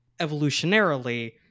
evolutionarily